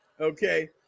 okay